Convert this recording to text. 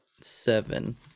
seven